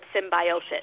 symbiosis